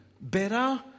better